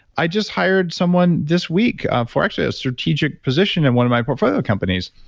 i just hired someone this week for actually a strategic position in one of my portfolio companies.